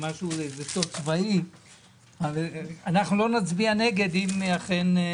זה משהו איזה קוד צבאי ואנחנו לא נצביע נגד אם אכן.